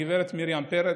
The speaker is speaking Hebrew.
גב' מרים פרץ,